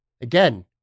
again